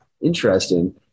Interesting